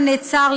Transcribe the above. לנעצר,